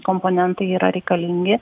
komponentai yra reikalingi